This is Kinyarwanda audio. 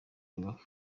rubavu